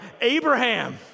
Abraham